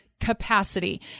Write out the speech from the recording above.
capacity